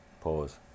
pause